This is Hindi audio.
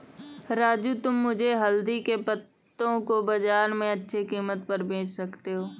राजू तुम मुझे हल्दी के पत्तों को बाजार में अच्छे कीमत पर बेच सकते हो